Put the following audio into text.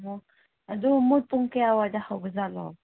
ꯑꯣ ꯑꯗꯨ ꯃꯣꯏ ꯄꯨꯡ ꯀꯌꯥꯋꯥꯏꯗ ꯍꯧꯕꯖꯥꯠꯅꯣ